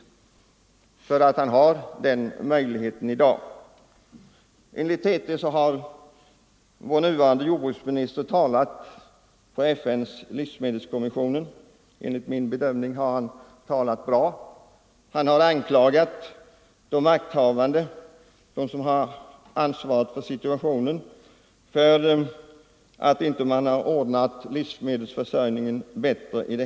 Enligt TT har vår nuvarande jordbruksminister i ett enligt min mening mycket bra tal på FN:s livsmedelskonferens anklagat de makthavande, dem som har ansvar för dagens livsmedelssituation, för att de inte har ordnat livsmedelsförsörjningen bättre.